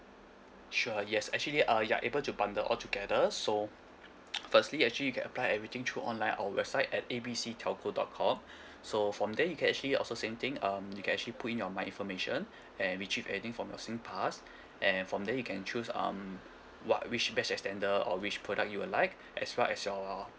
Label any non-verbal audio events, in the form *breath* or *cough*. sure yes actually uh you are able to bundle all together so *noise* firstly you actually you can apply everything through online on our website at A B C telco dot com *breath* so from there you can actually also same thing um you can actually put in your my information and retrieve everything from your singpass *breath* and from there you can choose um what which best extender or which product you would like as well as your